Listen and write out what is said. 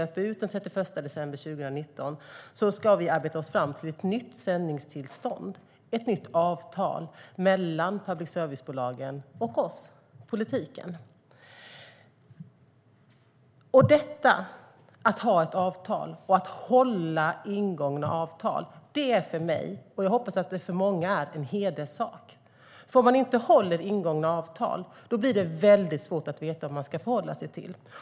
I god tid före nästa tillståndsperiod, som ska inledas 2020, ska vi arbeta fram ett nytt sändningstillstånd, ett nytt avtal mellan public service-bolagen och oss i politiken. Att hålla ingångna avtal är för mig - och jag hoppas att det är det för många - en hederssak. Om man inte håller ingångna avtal blir det väldigt svårt att veta vad man ska förhålla sig till.